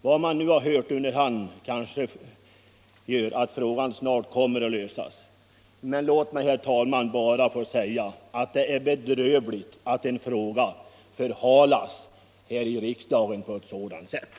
Efter vad jag hört under hand kommer frågan kanske snart att lösas. Men låt mig ändå, herr talman, få säga att det är bedrövligt att en fråga förhalas här i riksdagen på ett sådant sätt.